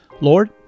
Lord